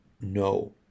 No